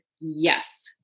yes